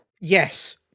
Yes